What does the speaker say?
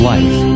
Life